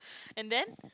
and then